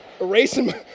erasing